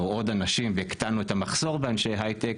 עוד אנשים והקטנו את המחסור באנשי הייטק.